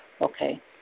Okay